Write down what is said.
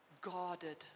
guarded